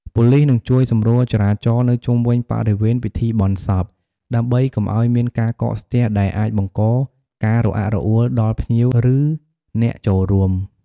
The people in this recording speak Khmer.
ប៉ូលីសនឹងជួយសម្រួលចរាចរណ៍នៅជុំវិញបរិវេណពិធីបុណ្យសព ដើម្បីកុំឲ្យមានការកកស្ទះ ដែលអាចបង្កការរអាក់រអួលដល់ភ្ញៀវ ឬអ្នកចូលរួម។